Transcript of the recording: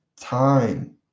time